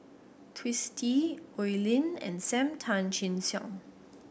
Twisstii Oi Lin and Sam Tan Chin Siong